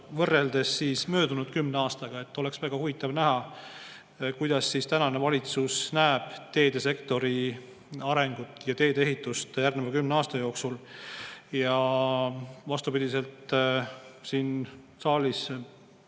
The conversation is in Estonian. möödunud kümne aastaga? Oleks väga huvitav näha, kuidas valitsus näeb teedesektori arengut ja teedeehitust järgneva kümne aasta jooksul. Vastupidiselt siin saalis